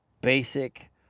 basic